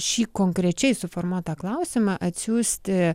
šį konkrečiai suformuotą klausimą atsiųsti